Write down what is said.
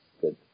good